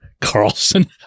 Carlson